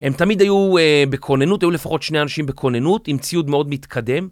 הם תמיד היו בכוננות, היו לפחות שני אנשים בכוננות עם ציוד מאוד מתקדם.